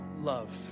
love